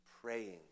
praying